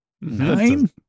Nine